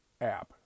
app